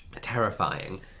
terrifying